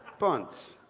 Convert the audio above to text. bunts.